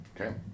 okay